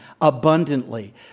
abundantly